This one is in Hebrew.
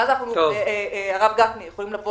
ואז אנחנו יכולים לומר